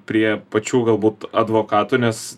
prie pačių galbūt advokatų nes